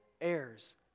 heirs